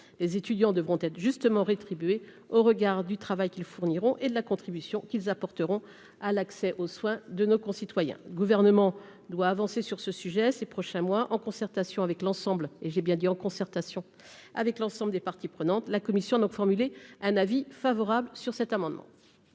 les étudiants devront être justement rétribué au regard du travail qu'ils fourniront et de la contribution qu'ils apporteront à l'accès aux soins de nos concitoyens gouvernement doit avancer sur ce sujet ces prochains mois en concertation avec l'ensemble et j'ai bien dit en concertation avec l'ensemble des parties prenantes, la commission donc formuler un avis favorable sur cet amendement.